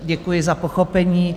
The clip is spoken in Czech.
Děkuji za pochopení.